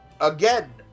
Again